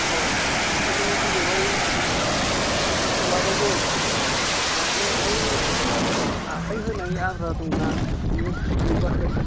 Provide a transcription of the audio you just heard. औ थारमाने बेलेगाव सानथामसो लाबावगोन माने बै आखाइ होनाय आद्रा दङ ना बेनो जोबाखै